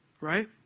Right